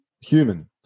human